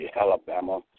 Alabama